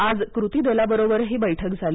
आज कृती दलाबरोबरही बैठक झाली